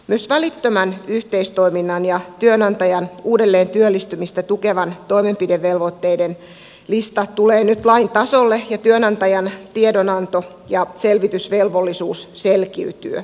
myös välittömän yhteistoiminnan ja uudelleentyöllistymistä tukevien työnantajan toimenpidevelvoitteiden lista tulee nyt lain tasolle ja työnantajan tiedonanto ja selvitysvelvollisuus selkiytyy